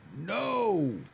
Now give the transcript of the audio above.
no